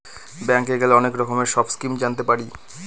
ব্যাঙ্কে গেলে অনেক রকমের সব স্কিম জানতে পারি